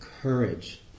courage